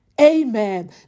Amen